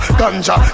ganja